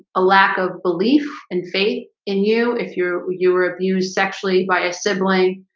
a lack of belief and faith in you if you were you were abused sexually by a sibling